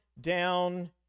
down